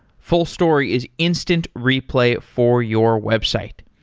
fullstory is instant replay for your website.